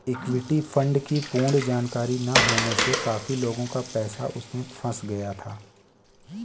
equity fund की पूर्ण जानकारी ना होने से काफी लोगों का पैसा उसमें फंस गया था